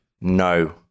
No